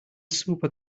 super